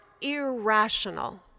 irrational